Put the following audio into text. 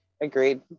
Agreed